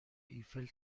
ایفل